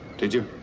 did you?